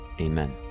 Amen